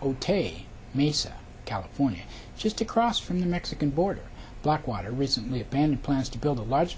otay mesa california just across from the mexican border blackwater recently abandon plans to build a large